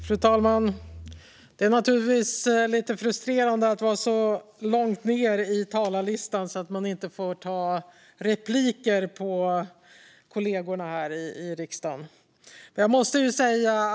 Fru talman! Det är naturligtvis lite frustrerande att vara så långt ned i talarlistan att man inte får ta repliker på kollegorna i riksdagen.